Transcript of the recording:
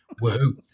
Woo-hoo